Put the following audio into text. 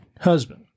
husband